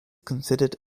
considered